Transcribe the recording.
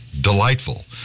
delightful